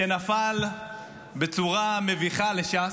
שנפל בצורה מביכה לש"ס.